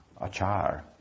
achar